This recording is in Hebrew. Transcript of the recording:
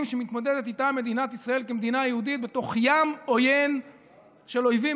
שמתמודדת איתם מדינת ישראל כמדינה יהודית בתוך ים עוין של אויבים,